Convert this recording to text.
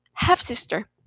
half-sister